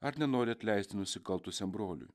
ar nenori atleisti nusikaltusiam broliui